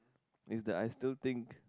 is that I still think